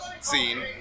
scene